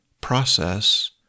process